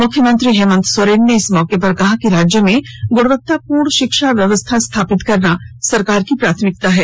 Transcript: मुख्यमंत्री हेमंत सोरेन ने इस मौके पर कहा कि राज्य में गुणवता पूर्ण शिक्षा व्यवस्था स्थापित करना सरकार की प्राथमिकता है